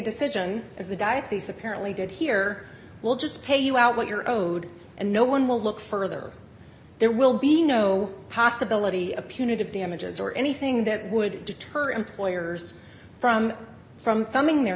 decision as the diocese apparently did here will just pay you out what you're owed and no one dollar will look further there will be no possibility of punitive damages or anything that would deter employers from from thumbing their